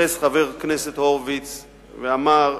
התייחס חבר הכנסת הורוביץ ואמר,